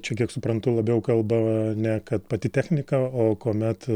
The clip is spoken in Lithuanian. čia kiek suprantu labiau kalbama ne kad pati technika o kuomet